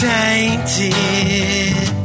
tainted